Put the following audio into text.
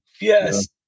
Yes